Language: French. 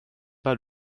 pas